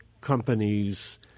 companies